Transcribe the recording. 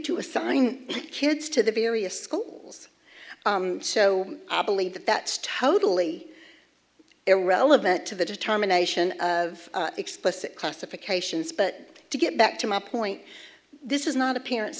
to assign kids to the various schools so i believe that that's totally irrelevant to the determination of explicit classifications but to get back to my point this is not appear